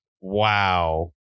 Wow